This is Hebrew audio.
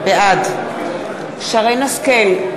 בעד שרן השכל,